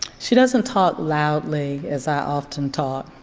she doesn't talk loudly as i often talk.